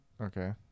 Okay